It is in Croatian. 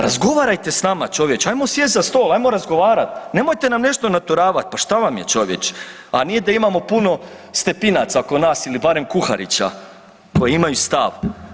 Razgovarajte s nama čovječe, ajmo sjest za stol, ajmo razgovarat, nemojte nam nešto naturavat, pa šta vam je čovječe, a nije da imamo puno Stepinaca oko nas ili barem Kuharića koji imaj stav.